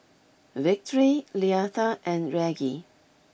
Victory Leatha and Reggie